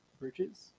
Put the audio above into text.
bridges